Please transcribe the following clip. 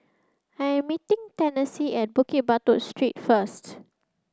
I'm meeting Tennessee at Bukit Batok Street first